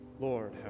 Lord